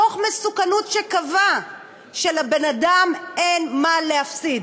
דוח מסוכנות שקבע שלבן-אדם אין מה להפסיד,